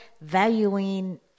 valuing